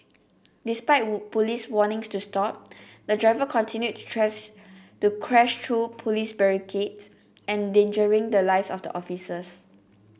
despite Police warnings to stop the driver continued to trash to crash through Police barricades endangering the lives of the officers